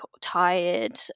tired